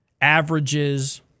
averages